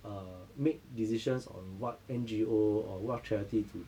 uh make decisions on what N_G_O or what charity to